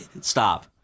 Stop